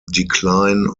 decline